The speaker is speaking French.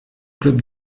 club